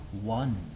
one